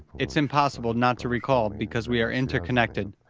it's impossible not to recall because we are interconnected.